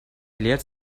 лет